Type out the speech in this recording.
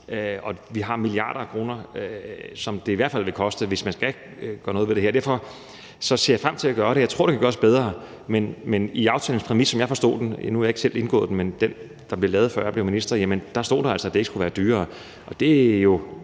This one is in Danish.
Det er milliarder af kroner, som det i hvert fald vil koste, hvis man skal gøre noget ved det her. Derfor ser jeg frem til at gøre det, og jeg tror, at det kan gøres bedre, men i aftalens præmis, som jeg har forstået den – nu har jeg ikke selv indgået den aftale, der blev lavet, før jeg blev minister – stod der altså, at det ikke skulle være dyrere. Og så er det